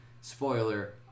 spoiler